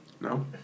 No